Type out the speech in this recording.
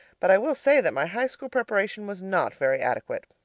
but i will say that my high-school preparation was not very adequate.